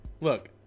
Look